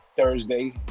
Thursday